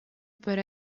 but